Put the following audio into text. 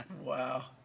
Wow